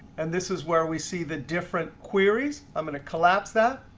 and this is where we see the different queries. i'm going to collapse that.